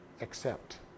accept